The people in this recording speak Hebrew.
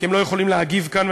כי הם לא יכולים להגיב כאן,